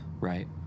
right